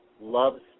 loves